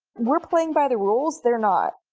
we're playing by the rules, they're not.